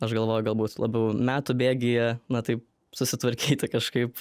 aš galvoju galbūt labiau metų bėgyje na taip susitvarkyti kažkaip